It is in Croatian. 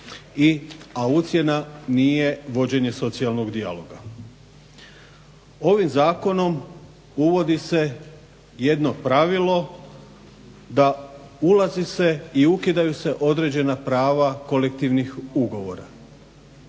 a ucjena nije vođenje socijalnog dijaloga. Ovim zakonom uvodi se jedno pravilo da ulazi se i ukidaju se određena prava kolektivnih ugovora.